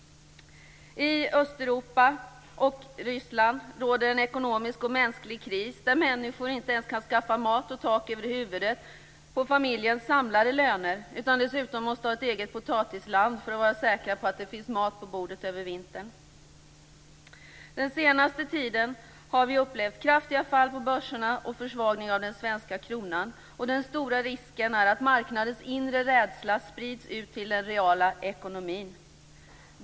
I Östeuropa och Ryssland råder en ekonomisk och mänsklig kris. Människor kan inte på familjens samlade löner ens skaffa mat eller tak över huvudet utan att dessutom ha ett eget potatisland; detta för att vara säker på att det över vintern skall finnas mat på bordet. Den senaste tiden har vi upplevt kraftiga fall på börserna och en försvagning av den svenska kronan. Den stora risken är att marknadens inre rädsla sprids ut till den reala ekonomin.